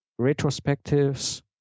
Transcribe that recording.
retrospectives